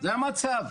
זה המצב.